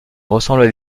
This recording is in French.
ressemblent